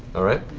all right.